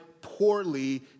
poorly